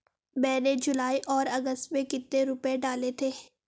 मैंने जुलाई और अगस्त में कितने रुपये डाले थे?